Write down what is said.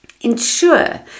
Ensure